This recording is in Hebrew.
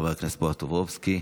חבר הכנסת בועז טופורובסקי,